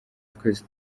twese